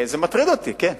זה מטריד אותי, כן.